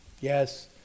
yes